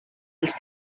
els